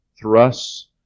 thrusts